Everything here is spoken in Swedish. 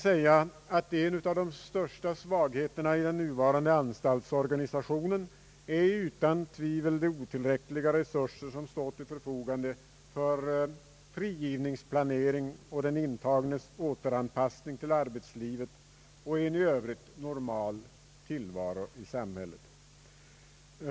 En av de största svagheterna i den nuvarande <anstaltsorganisationen är utan tvivel de otillräckliga resurser som står till förfogande för fritidsplanering och den intagnes återanpassning till arbetslivet och en i övrigt normal tillvaro i samhället.